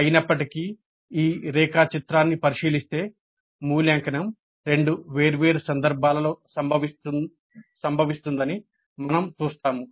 అయినప్పటికీ ఈ రేఖాచిత్రాన్ని పరిశీలిస్తే మూల్యాంకనం రెండు వేర్వేరు సందర్భాలలో సంభవిస్తుందని మనం చూస్తాము